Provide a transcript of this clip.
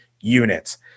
units